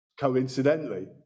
Coincidentally